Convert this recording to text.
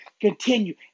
Continue